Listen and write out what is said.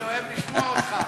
אני אוהב לשמוע אותך.